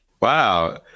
Wow